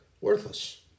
worthless